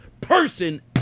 person